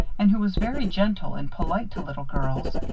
and who was very gentle and polite to little girls,